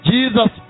Jesus